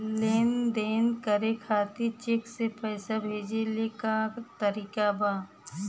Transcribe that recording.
लेन देन करे खातिर चेंक से पैसा भेजेले क तरीकाका बा?